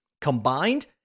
combined